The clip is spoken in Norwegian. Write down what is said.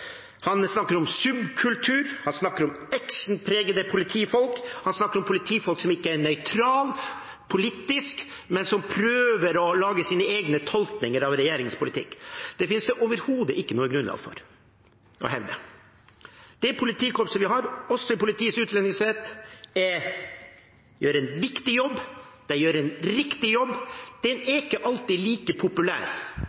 som ikke er nøytrale politisk, men som prøver å lage sine egne tolkninger av regjeringens politikk. Det finnes det overhodet ikke noe grunnlag for å hevde. Det politikorpset vi har, også i Politiets utlendingsenhet, gjør en viktig jobb, og de gjør en riktig jobb. Den